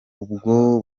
ubwo